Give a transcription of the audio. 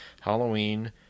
Halloween